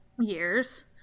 years